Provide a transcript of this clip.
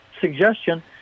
suggestion